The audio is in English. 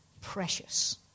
precious